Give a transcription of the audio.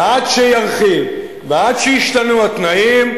ועד שירחיב ועד שישתנו התנאים,